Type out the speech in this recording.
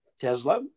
tesla